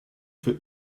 für